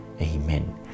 Amen